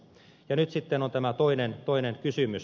nyt sitten on tämä toinen kysymys